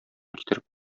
китереп